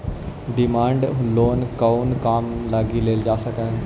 Demand loan कउन काम लगी लेल जा सकऽ हइ?